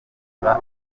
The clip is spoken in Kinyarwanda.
biba